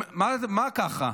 מה ככה?